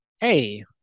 hey